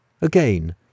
Again